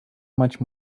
much